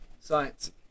Science